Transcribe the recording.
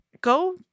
go